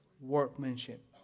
workmanship